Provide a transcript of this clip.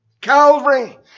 Calvary